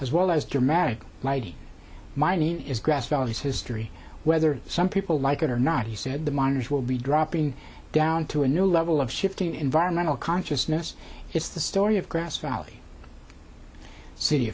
as well as dramatic mining is grass valley history whether some people like it or not he said the miners will be dropping down to a new level of shifting environmental consciousness is the story of grass valley city